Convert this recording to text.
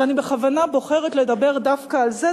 ואני בכוונה בוחרת לדבר דווקא על זה,